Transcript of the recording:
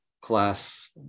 class